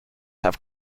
have